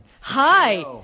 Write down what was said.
Hi